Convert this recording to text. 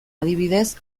adibidez